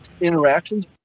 interactions